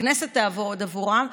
שהכנסת תעבוד עבורם,